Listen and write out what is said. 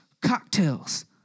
cocktails